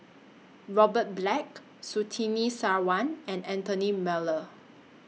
Robert Black Surtini Sarwan and Anthony Miller